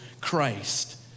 Christ